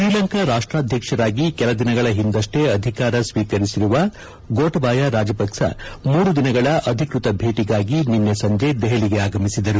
ಶ್ರೀಲಂಕಾ ರಾಷ್ಟಾಧ್ಯಕ್ಷರಾಗಿ ಕೆಲ ದಿನಗಳ ಹಿಂದಷ್ಟೇ ಅಧಿಕಾರ ಸ್ವೀಕರಿಸಿರುವ ಗೋಟಬಾಯ ರಾಜಪಕ್ಷ ಮೂರು ದಿನಗಳ ಅಧಿಕ್ಷತ ಭೇಟಗಾಗಿ ನಿನ್ನೆ ಸಂಜೆ ದೆಹಲಿಗೆ ಆಗಮಿಸಿದರು